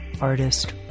artist